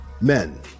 Men